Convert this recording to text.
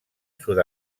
sud